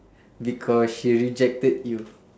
because she rejected you